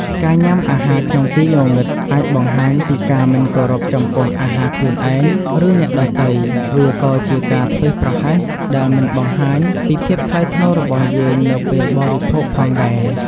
ការញាំអាហារក្នុងទីងងឹត អាចបង្ហាញពីការមិនគោរពចំពោះអាហារខ្លួនឯង ឬអ្នកដទៃ វាក៏ជាការធ្វេសប្រហែសដែលមិនបង្ហាញពីភាពថ្លៃថ្នូររបស់យើងនៅពេលបរិភោគផងដែរ ។